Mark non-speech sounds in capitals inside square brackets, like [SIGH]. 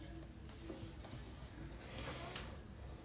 [BREATH]